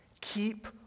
Keep